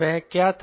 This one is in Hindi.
वह क्या था